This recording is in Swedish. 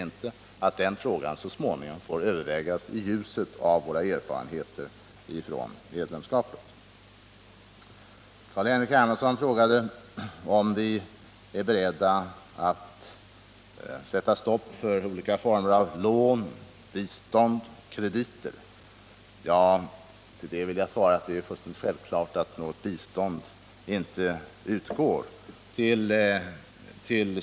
Den frågan får så småningom övervägas i ljuset av våra erfarenheter av medlemskapet. Carl-Henrik Hermansson frågade om vi är beredda att sätta stopp för olika former av lån, bistånd och krediter. Till detta vill jag svara att det är fullständigt självklart att något bistånd inte utgår till Chile.